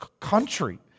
country